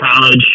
college